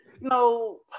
No